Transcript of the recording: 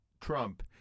Trump